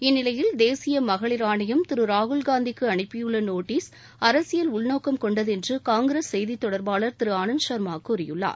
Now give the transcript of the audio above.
இந்நிலையில் தேசிய மகளிர் ஆணையம் திரு ராகுல்காந்திக்கு அனுப்பியுள்ள நோட்டீஸ் அரசியல் உள்நோக்கம் கொண்டது என்று காங்கிரஸ் செய்தி தொடர்பாளர் திரு ஆனந்த்சா்மா கூறியுள்ளார்